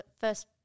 first